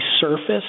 surface